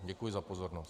Děkuji za pozornost.